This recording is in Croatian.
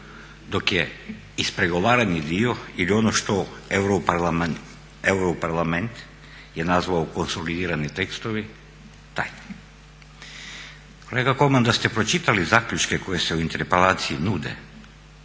dok je ispregovarani dio ili ono što Europarlament je nazvao konsolidirani tekstovi tajnim. Kolega Kolman da ste pročitali zaključke koji se u interpelaciji nude